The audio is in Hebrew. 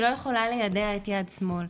היא לא יכולה ליידע את יד שמאל.